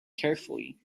carefully